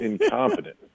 incompetent